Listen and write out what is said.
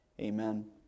Amen